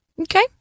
Okay